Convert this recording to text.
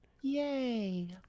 Yay